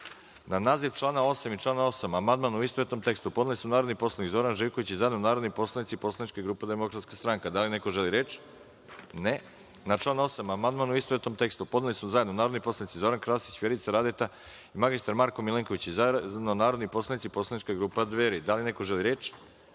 naziv člana 44. i član 44. amandman, u istovetnom tekstu, podneli su narodni poslanik Zoran Živković, i zajedno narodni poslanici Poslaničke grupe DS.Da li neko želi reč? (Ne)Na član 44. amandman, u istovetnom tekstu, podneli su zajedno narodni poslanici Zoran Krasić, Vjerica Radeta i Marko Milenković, i zajedno narodni poslanici Poslaničke grupe Dveri. Da li neko želi reč?